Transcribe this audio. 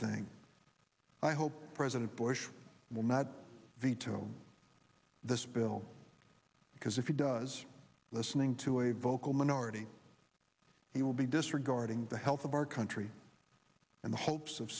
thing i hope president bush will not veto this bill because if it does listening to a vocal minority he will be disregarding the health of our country and the hopes of